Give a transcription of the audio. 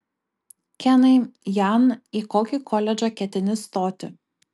kenai jan į kokį koledžą ketini stoti